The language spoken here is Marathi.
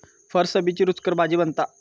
फरसबीची रूचकर भाजी बनता